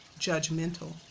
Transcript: judgmental